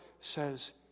says